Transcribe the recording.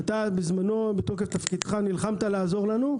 ואתה, בזמנו, בתוקף תפקידך, נלחמת כדי לעזור לנו.